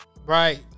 right